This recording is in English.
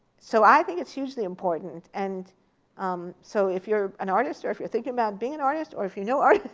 so i think it's hugely important. and um so if you're an artist, or if you're thinking about being an artist, or if you know artists,